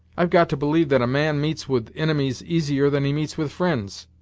i've got to believe that a man meets with inimies easier than he meets with fri'nds.